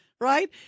Right